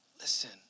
Listen